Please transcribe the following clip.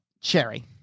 Cherry